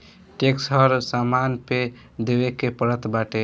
tax हर सामान पे देवे के पड़त बाटे